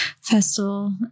Festival